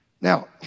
Now